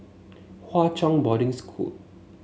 Hwa Chong Boarding School